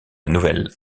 nouvelle